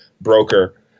broker